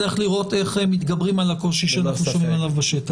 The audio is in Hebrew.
צריך לראות איך מתגברים על הקושי עליו אנחנו שומעים בשטח.